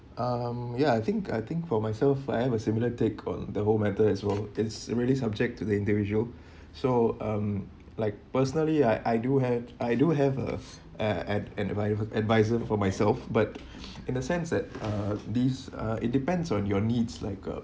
um ya I think I think for myself I have a similar take on the whole matter as well it's really subject to the individual so um like personally I I do have I do have a an an advi~ advisor for myself but in a sense that uh this uh it depends on your needs like a